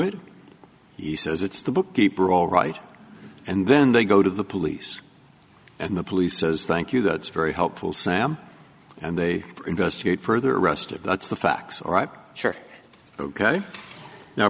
it he says it's the bookkeeper all right and then they go to the police and the police says thank you that's very helpful sam and they investigate further arrested that's the facts